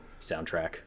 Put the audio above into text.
soundtrack